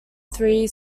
three